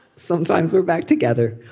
sometimes we're back together.